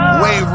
Wave